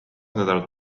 nädalat